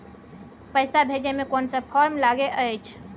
पैसा भेजै मे केना सब फारम लागय अएछ?